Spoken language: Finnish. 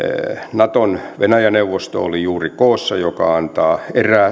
naton venäjä neuvosto oli juuri koossa mikä antaa